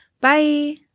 Bye